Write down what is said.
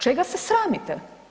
Čega se sramite?